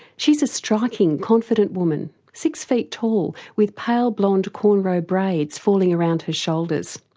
she's a striking, confident woman. six feet tall with pale blond, corn-row braids falling around her shoulders.